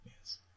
Yes